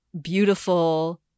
beautiful